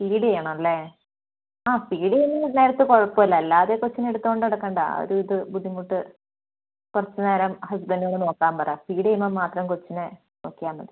feed ചെയ്യണം അല്ലേ അതെ ഫീഡ് ചെയ്യുന്നത് ആ നേരത്തെ കുഴപ്പം ഇല്ല അല്ലാതെ കൊച്ചിനെ എടുത്തോണ്ട് നടക്കേണ്ട ആ ഒരു ഇത് ബുദ്ധിമുട്ട് കുറച്ച് നേരം ഹസ്ബൻഡ് നോക്കാൻ പറ ഫീഡ് ചെയ്യുമ്പോൾ മാത്രം കൊച്ചിനെ നോക്കിയാൽ മതി